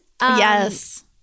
Yes